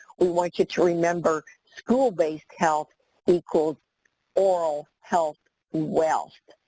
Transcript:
we want you to remember school-based health equals oral health wealth.